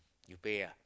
you pay ah